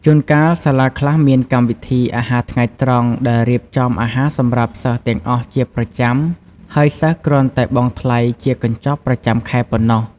ជួនកាល សាលាខ្លះមាន កម្មវិធីអាហារថ្ងៃត្រង់ ដែលរៀបចំអាហារសម្រាប់សិស្សទាំងអស់ជាប្រចាំ ហើយសិស្សគ្រាន់តែបង់ថ្លៃជាកញ្ចប់ប្រចាំខែប៉ុណ្ណោះ។